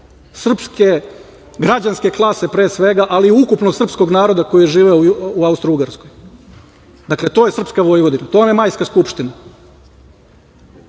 srpske građanske klase, pre svega, ali ukupno srpskog naroda koji je živeo u Austro-ugarskoj. Dakle, to je srpska Vojvodina, to je Majksa skupština.